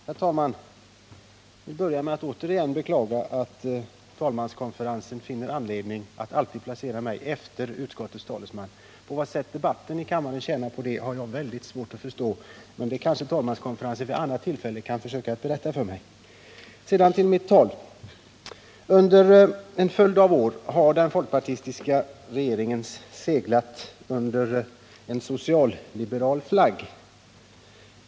Herr talman! Jag vill börja med att återigen beklaga att talmanskonferensen finner anledning att alltid placera mig efter utskottets talesman. På vad sätt debatten i kammaren tjänar på det har jag svårt att förstå, men det kanske talmanskonferensen vid annat tillfälle kan försöka berätta för mig. Sedan till mitt tal. Under en följd av år har folkpartiet seglat under en socialliberal flagg.